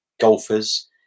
golfers